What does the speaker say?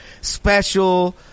special